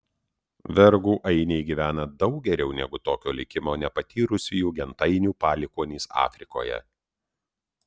vergų ainiai gyvena daug geriau negu tokio likimo nepatyrusiųjų gentainių palikuonys afrikoje